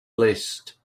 list